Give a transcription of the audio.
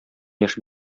яшь